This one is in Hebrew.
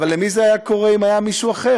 אבל למי זה היה קורה, אם זה היה מישהו אחר?